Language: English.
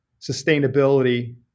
sustainability